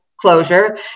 closure